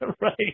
right